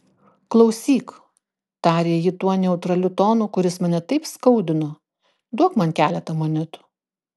klausyk tarė ji tuo neutraliu tonu kuris mane taip skaudino duok man keletą monetų